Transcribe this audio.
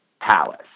palace